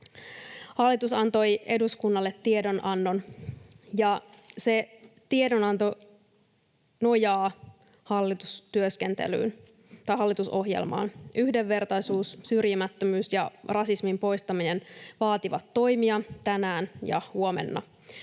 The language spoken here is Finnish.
Hallitus antoi eduskunnalle tiedonannon, ja se tiedonanto nojaa hallitusohjelmaan. Yhdenvertaisuus, syrjimättömyys ja rasismin poistaminen vaativat toimia tänään ja huomenna.